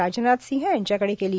राजनाथ सिंह यांच्याकडे केली